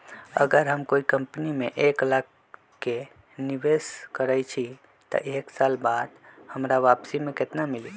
अगर हम कोई कंपनी में एक लाख के निवेस करईछी त एक साल बाद हमरा वापसी में केतना मिली?